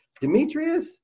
Demetrius